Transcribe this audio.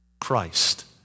christ